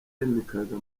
yimikaga